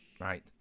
right